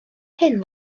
hyn